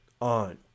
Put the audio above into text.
on